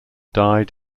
died